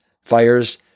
fires